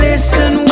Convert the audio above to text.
Listen